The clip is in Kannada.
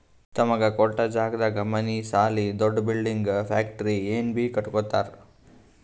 ತಮಗ ಕೊಟ್ಟ್ ಜಾಗದಾಗ್ ಮನಿ ಸಾಲಿ ದೊಡ್ದು ಬಿಲ್ಡಿಂಗ್ ಫ್ಯಾಕ್ಟರಿ ಏನ್ ಬೀ ಕಟ್ಟಕೊತ್ತರ್